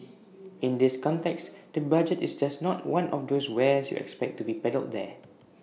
in this context the budget is just not one of those wares you expect to be peddled there